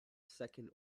second